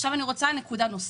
עכשיו אני רוצה נקודה נוספת.